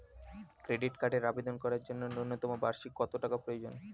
Credit কার্ডের আবেদন করার জন্য ন্যূনতম বার্ষিক কত টাকা প্রয়োজন?